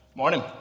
morning